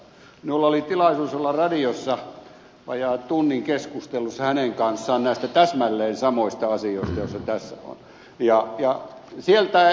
minulla oli tilaisuus olla radiossa vajaan tunnin keskustelussa hänen kanssaan näistä täsmälleen samoista asioista joita tässä on